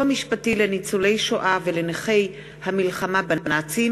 משפטי לניצולי שואה ולנכי המלחמה בנאצים,